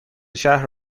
شهر